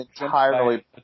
entirely